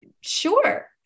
sure